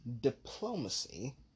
diplomacy